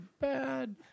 bad